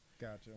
Gotcha